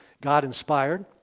God-inspired